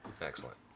Excellent